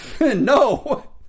No